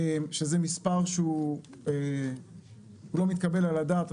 שזה מספר שהוא לא מתקבל על הדעת.